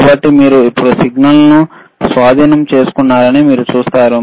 కాబట్టి మీరు ఇప్పుడు సిగ్నల్ ను స్వాధీనం చేసుకున్నారని మీరు చూస్తారు